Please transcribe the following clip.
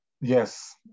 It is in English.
yes